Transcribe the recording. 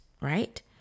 right